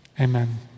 amen